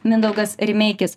mindaugas rimeikis